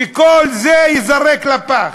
וכל זה ייזרק לפח.